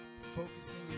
focusing